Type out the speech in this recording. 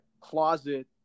closet